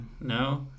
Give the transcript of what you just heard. No